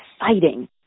exciting